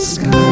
Sky